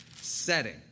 setting